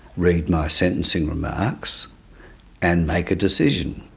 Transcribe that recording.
read my sentencing remarks and make a decision.